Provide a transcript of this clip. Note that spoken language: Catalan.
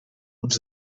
uns